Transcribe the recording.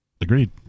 Agreed